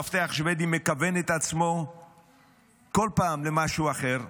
מפתח שבדי מכוון את עצמו בכל פעם למשהו אחר,